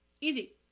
Easy